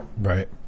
Right